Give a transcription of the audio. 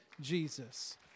Jesus